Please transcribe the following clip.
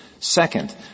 Second